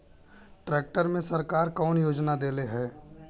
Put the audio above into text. Tractor मे सरकार कवन योजना देले हैं?